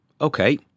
okay